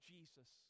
Jesus